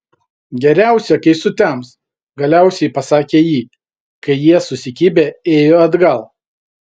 geriausia kai sutems galiausiai pasakė ji kai jie susikibę ėjo atgal